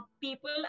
people